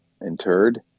interred